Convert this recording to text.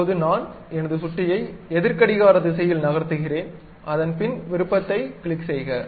இப்போது நான் எனது சுட்டியை எதிர் கடிகார திசையில் நகர்த்துகிறேன் அதன்பின் விருப்பத்தை கிளிக் செய்க